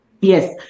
Yes